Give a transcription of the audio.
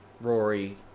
Rory